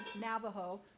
Navajo